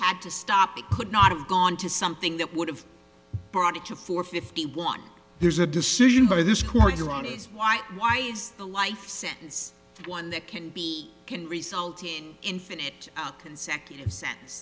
had to stop it could not have gone to something that would have brought it to four fifty one there's a decision by this court your own is why why is the life sentence one that can be can result in infinite consecutive sen